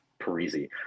parisi